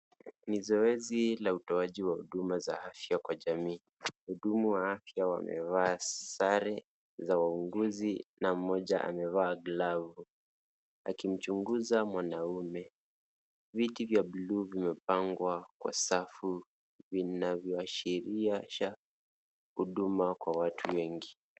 Ni zoezi la utoaji wa huduma za afya kwa jamii. Wahudumu wa afya wamevaa sare za wauguzi na mmoja amevaa glavu akimchunguza mwanaume. Viti vya bluu vimepangwa kwa safu vinavyoashiria huduma kwa watu wengi.